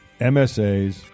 MSAs